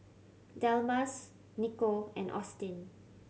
Delmas Nikko and Austyn